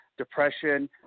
depression